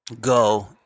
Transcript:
go